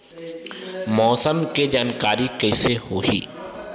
मौसम के जानकारी कइसे होही?